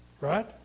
Right